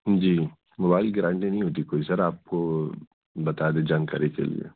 جی mobile کی guarantee نہیں ہوتی سر آپ کو بتا دیں جانکاری کے لیے